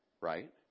Right